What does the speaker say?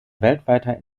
weltweiter